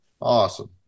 awesome